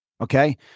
Okay